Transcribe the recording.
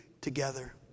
together